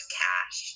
cash